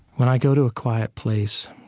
when i go to a quiet place,